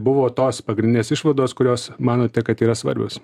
buvo tos pagrindinės išvados kurios manote kad yra svarbios